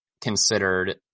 considered